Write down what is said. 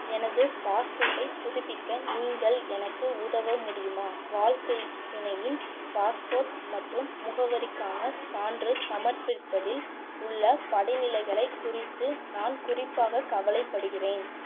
எனது பாஸ்போர்ட்டைப் புதுப்பிக்க நீங்கள் எனக்கு உதவ முடியுமா வாழ்க்கைத் துணையின் பாஸ்போர்ட் மற்றும் முகவரிக்கான சான்று சமர்ப்பிப்பதில் உள்ள படிநிலைகளை குறித்து நான் குறிப்பாக கவலைப்படுகிறேன்